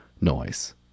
noise